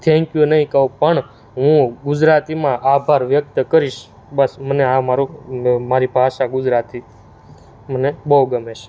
thank you નહીં કઉં પણ હું ગુજરાતીમાં આભાર વ્યક્ત કરીશ બસ મને આ મારું મારી ભાષા ગુજરાતી મને બહુ ગમે છે